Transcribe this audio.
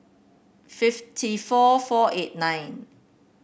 fifty four four eight nine